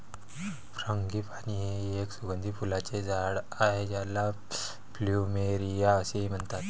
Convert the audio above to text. frangipani हे एक सुगंधी फुलांचे झाड आहे ज्याला प्लुमेरिया असेही म्हणतात